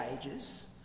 ages